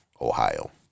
Ohio